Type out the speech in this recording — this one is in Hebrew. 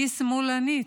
היא שמאלנית,